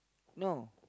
no